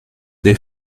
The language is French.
des